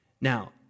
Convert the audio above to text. Now